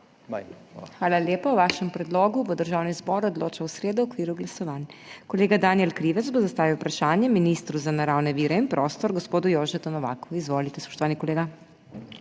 Hvala lepa. O vašem predlogu bo Državni zbor odločal v sredo v okviru glasovanj. Kolega Danijel Krivec bo zastavil vprašanje ministru za naravne vire in prostor, gospodu Jožetu Novaku. Izvolite, spoštovani kolega.